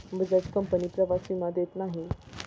Bajaj company प्रवास विमा देत नाही